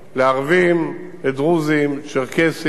לערבים, לדרוזים, צ'רקסים.